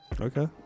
Okay